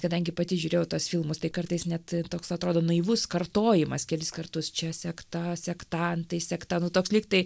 kadangi pati žiūrėjau tuos filmus tai kartais net toks atrodo naivus kartojimas kelis kartus čia sekta sektantai sekta nu toks lygtai